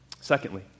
Secondly